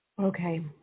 Okay